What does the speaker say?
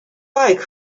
like